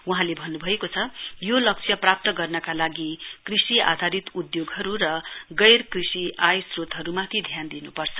वहाँले भन्न्भएको छ यो लक्ष्य प्राप्त गर्नका लागि कृषि आधारित उधोगहरु र गैर कृषि आय श्रोतहरुमाथि ध्यान दिनु पर्छ